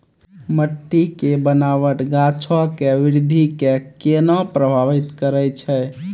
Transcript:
मट्टी के बनावट गाछो के वृद्धि के केना प्रभावित करै छै?